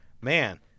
Man